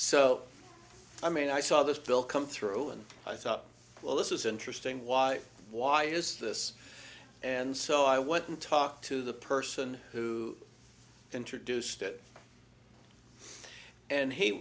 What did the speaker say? so i mean i saw this bill come through and i thought well this is interesting why why is this and so i went and talked to the person who introduced it and he